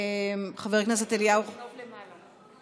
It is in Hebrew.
חבר הכנסת אליהו, קוז'ינוב למעלה.